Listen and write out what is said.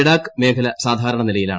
ലഡാക്ക് മേഖല സാധാരണ നിലയിലാണ്